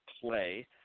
play